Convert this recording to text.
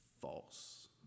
False